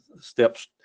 steps